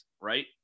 right